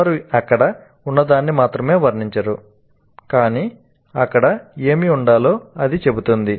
వారు అక్కడ ఉన్నదాన్ని మాత్రమే వర్ణించరు కానీ అక్కడ ఏమి ఉండాలో అది చెబుతుంది